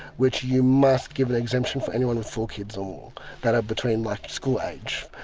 which you must give an exemption for anyone with four kids or more that are between like school age.